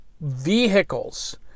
vehicles